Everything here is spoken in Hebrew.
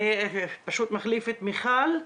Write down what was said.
אני מחליף את מיכל.